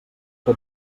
que